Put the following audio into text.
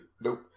Nope